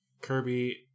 Kirby